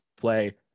play